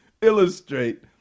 illustrate